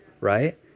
right